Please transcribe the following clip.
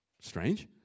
Strange